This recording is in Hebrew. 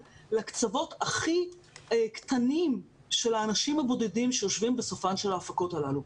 לקצוות הכי קטנים של האנשים הבודדים שיושבים בסופן של ההפקות הללו.